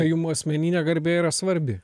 jum asmeninė garbė yra svarbi